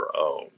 own